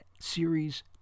Series